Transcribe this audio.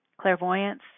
clairvoyance